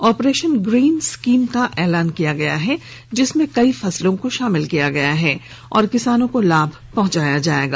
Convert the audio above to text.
operation green scheme का ऐलान किया गया है जिसमें कई फसलों को शामिल किया जाएगा और किसानों को लाभ पहुंचाया जाएगा